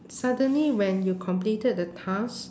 suddenly when you completed the task